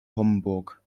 homburg